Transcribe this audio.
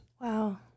Wow